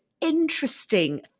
interesting